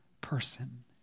person